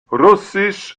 russisch